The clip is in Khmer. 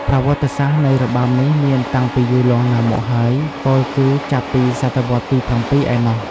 ប្រវត្តិសាស្ត្រនៃរបាំនេះមានតាំងពីយូរលង់ណាស់មកហើយ ពោលគឺចាប់ពីសតវត្សរ៍ទី ៧ ឯណោះ។